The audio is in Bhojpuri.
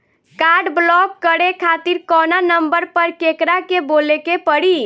काड ब्लाक करे खातिर कवना नंबर पर केकरा के बोले के परी?